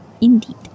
Indeed